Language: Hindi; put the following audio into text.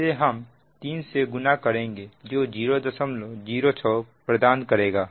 जिसे हम 3 से गुना करेंगे जो 006 प्रदान करेगा